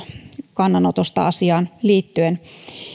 kannanotosta asiaan liittyen